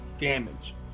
damage